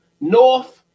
North